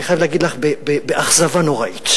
אני חייב להגיד לך באכזבה נוראית,